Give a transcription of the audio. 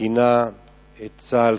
כינה את צה"ל